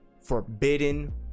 forbidden